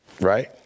Right